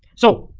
so,